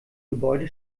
gebäude